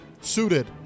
suited